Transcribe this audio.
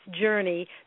journey